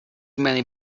many